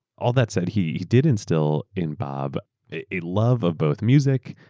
all that said, he did instill in bob a love of both music,